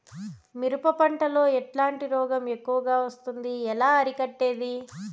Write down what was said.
మిరప పంట లో ఎట్లాంటి రోగం ఎక్కువగా వస్తుంది? ఎలా అరికట్టేది?